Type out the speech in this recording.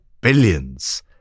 billions